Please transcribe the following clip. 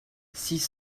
six